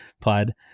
pod